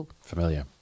familiar